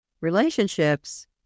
Relationships